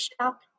shop